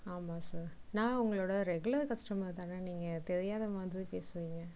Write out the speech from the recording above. ஆமாம் சார் நான் உங்களோடய ரெகுலர் கஸ்டமர் தானே நீங்கள் தெரியாத மாதிரி பேசுகிறீங்க